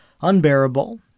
unbearable